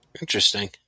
Interesting